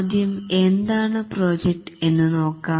ആദ്യം എന്താണ് പ്രോജക്ട് എന്ന് നോക്കാം